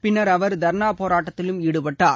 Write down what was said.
பின்னர் அவர் தர்ணா போராட்டத்திலும் ஈடுபட்டார்